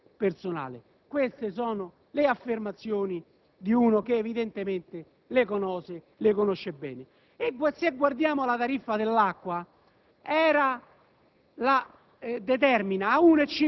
che pensano solo al successo personale. Queste sono le affermazioni di qualcuno che evidentemente conosce bene le cose. Se guardiamo la tariffa dell'acqua,